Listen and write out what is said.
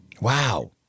Wow